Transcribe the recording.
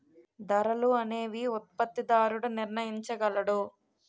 ధరలు అనేవి ఉత్పత్తిదారుడు నిర్ణయించగలడు